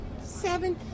seven